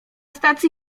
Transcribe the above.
stacji